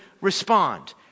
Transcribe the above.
respond